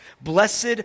Blessed